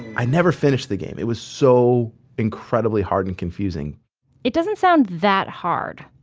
i never finished the game. it was so incredibly hard and confusing it doesn't sound that hard.